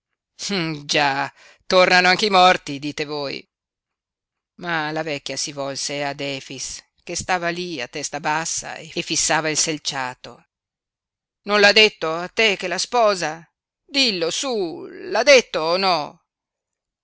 già tornano anche i morti dite voi ma la vecchia si volse ad efix che stava lí a testa bassa e fissava il selciato non lo ha detto a te che la sposa dillo su l'ha detto o no